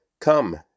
Come